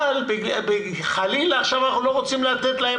אבל חלילה עכשיו אנחנו לא רוצים לתת להם